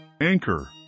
Anchor